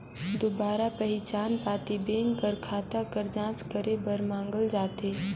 दुबारा पहिचान पाती बेंक कर खाता कर जांच करे बर मांगल जाथे